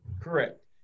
Correct